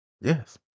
Yes